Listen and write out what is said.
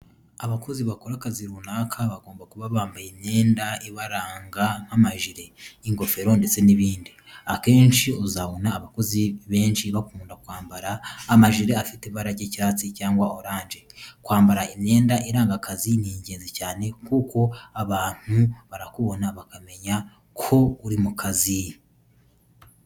Abakozi bakora akazi runaka, bagomba kuba bambaye imyenda ibaranga nk'amajire, ingofero ndetse n'ibindi. Akenshi uzabona abakozi benshi bakunda kwambara imajire afite ibara ry'icyatsi cyangwa oranje. Kwambara imyenda iranga akazi ni ingenzi cyane kuko abantu barakubona bakamenya ko uri mu kazi.